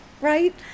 right